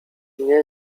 mnie